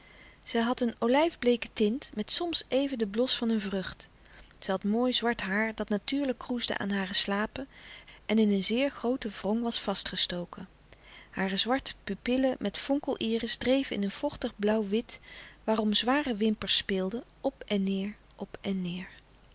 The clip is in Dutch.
zij had een olijfbleeke tint met soms even den blos van een vrucht zij had mooi zwart haar dat natuurlijk kroesde aan hare slapen en in een zeer groote wrong was vastgestoken hare zwarte pupillen met vonkel iris dreven in een vochtig blauwwit waarom zware wimpers speelden op en neêr op en neêr